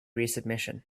resubmission